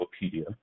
Wikipedia